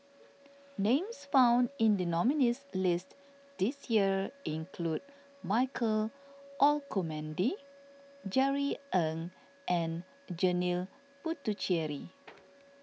names found in the nominees' list this year include Michael Olcomendy Jerry Ng and Janil Puthucheary